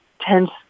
tense